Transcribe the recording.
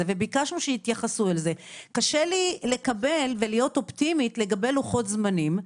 וביקשנו שיתייחסו לזה קשה לי לקבל ולהיות אופטימית לגבי לוחות-זמנים.